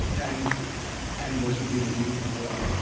and and was it being abused as well?